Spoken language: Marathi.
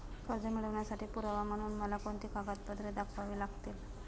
कर्ज मिळवण्यासाठी पुरावा म्हणून मला कोणती कागदपत्रे दाखवावी लागतील?